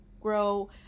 grow